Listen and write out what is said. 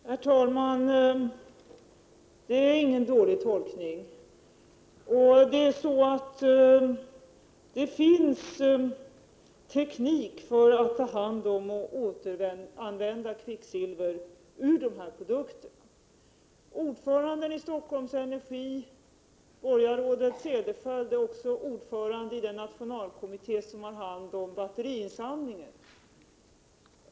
Herr talman! Det är ingen dålig tolkning, och det finns teknik för att ta hand om och återanvända kvicksilver ur de här produkterna. Ordföranden i Stockholm Energi, borgarrådet Cederschiöld, är också ordförande i den 110 nationalkommitté som har hand om batteriinsamlingen.